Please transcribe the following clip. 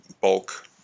bulk